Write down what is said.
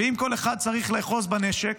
ואם כל אחד צריך לאחוז בנשק,